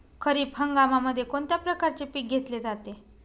खरीप हंगामामध्ये कोणत्या प्रकारचे पीक घेतले जाते?